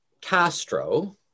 Castro